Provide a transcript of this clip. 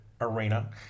arena